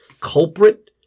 culprit